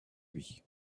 lui